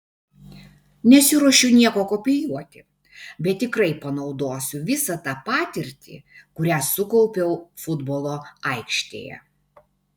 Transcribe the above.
nesiruošiu nieko kopijuoti bet tikrai panaudosiu visą tą patirtį kurią sukaupiau futbolo aikštėje